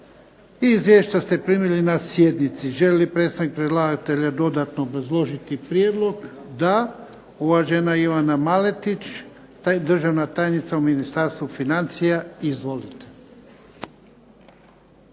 Izvješća ste primili na sjednici. Želi li predstavnik predlagatelja dodatno obrazložiti prijedlog? Da. Uvažena Ivana Maletić, državna tajnica u Ministarstvu financija. Izvolite.